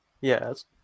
Yes